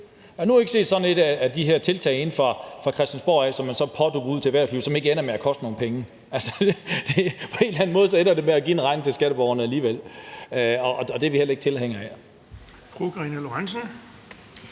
jeg har endnu ikke set et af de tiltag herinde fra Christiansborg, som man pådutter erhvervslivet, som ikke ender med at koste nogle penge. Altså, på en eller anden måde ender det alligevel med at give en regning til skatteborgerne, og det er vi heller ikke tilhængere af.